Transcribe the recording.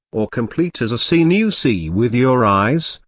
or complete as a scene you see with your eyes,